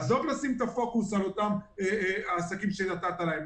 עזוב לשים את הפוקוס על אותם עסקים שנתת להם.